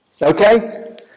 Okay